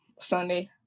Sunday